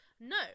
no